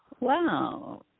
wow